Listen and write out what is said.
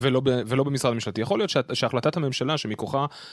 ולא במשרד הממשלתי יכול להיות שהחלטת הממשלה שמכוחה